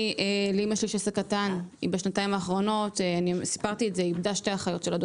לאימא שלי יש עסק קטן ובשנתיים האחרונות היא איבדה שתי אחיות שלה.